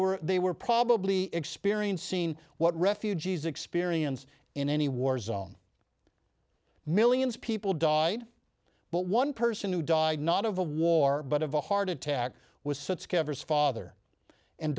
were they were probably experienced seen what refugees experience in any war zone millions people died but one person who died not of a war but of a heart attack was such covers father and